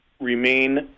remain